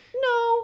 No